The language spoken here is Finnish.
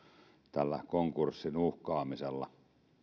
tällä konkurssin uhkaamisella